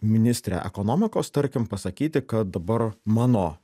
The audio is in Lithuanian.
ministrė ekonomikos tarkim pasakyti kad dabar mano